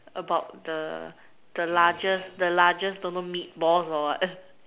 about the the largest the largest don't know meatballs or what